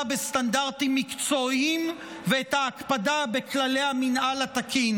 בסטנדרטים מקצועיים ואת ההקפדה על כללי המינהל התקין.